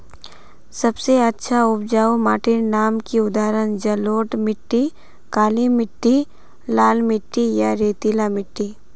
सबसे अच्छा उपजाऊ माटिर नाम की उदाहरण जलोढ़ मिट्टी, काली मिटटी, लाल मिटटी या रेतीला मिट्टी?